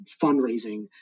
fundraising